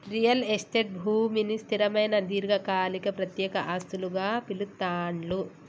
real estate భూమిని స్థిరమైన దీర్ఘకాలిక ప్రత్యక్ష ఆస్తులుగా పిలుత్తాండ్లు